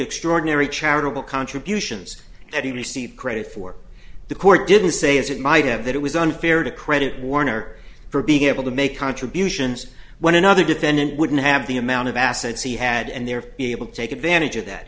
extraordinary charitable contributions that he received credit for the court didn't say as it might have that it was unfair to credit warner for being able to make contributions when another defendant wouldn't have the amount of assets he had and they're able to take advantage of that